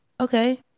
Okay